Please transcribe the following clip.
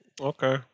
Okay